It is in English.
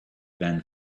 than